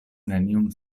neniun